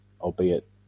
albeit